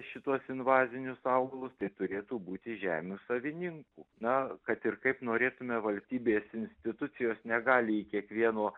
šituos invazinius augalus tai turėtų būti žemių savininkų na kad ir kaip norėtume valstybės institucijos negali kiekvieno